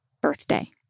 birthday